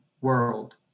world